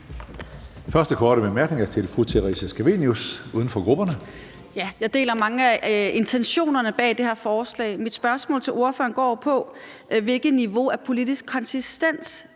jeg deler mange af intentionerne bag det her forslag. Mit spørgsmål til ordføreren går jo på, hvilket niveau af politisk konsistens